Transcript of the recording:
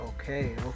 Okay